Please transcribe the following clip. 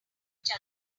each